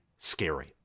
Scary